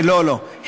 לא, לא.